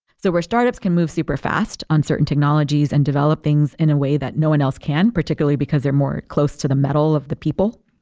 so where startups can move superfast, uncertain technologies and develop things in a way that no one else can, particularly because they're more close to the metal of the people,